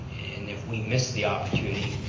if we miss the opportunity,